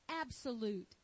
absolute